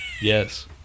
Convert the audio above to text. Yes